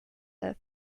her